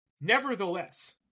Nevertheless